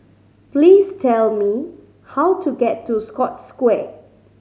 please tell me how to get to Scotts Square